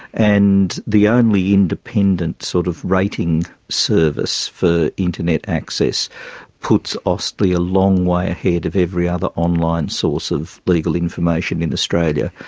and the only independent sort of rating service for internet access puts austlii a long way ahead of every other online source of legal information in australia,